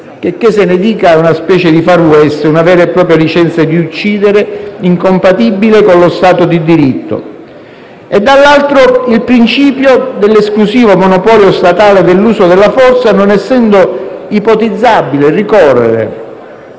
(checché se ne dica, è una specie di *far west*, una vera e propria licenza di uccidere, incompatibile con lo Stato di diritto); dall'altro, il principio dell'esclusivo monopolio statale dell'uso della forza, non essendo ipotizzabile ricorrere,